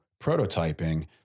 prototyping